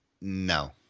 No